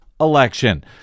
Election